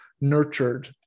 nurtured